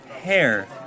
hair